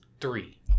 Three